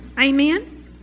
Amen